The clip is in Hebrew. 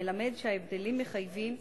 המלמד שההבדלים מחייבים